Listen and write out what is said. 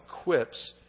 equips